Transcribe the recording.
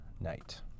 night